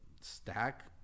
stack